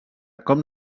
com